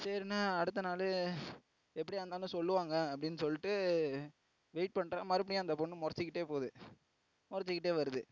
சரின்னு அடுத்த நாள் எப்படியாயிருந்தாலும் சொல்லுவாங்க அப்படின்னு சொல்லிட்டு வெயிட் பண்ணுறான் மறுபுடியும் அந்த பொண்ணு முறச்சிக்கிட்டே போது முறச்சிக்கிட்டே வருது